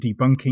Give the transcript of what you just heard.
debunking